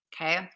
Okay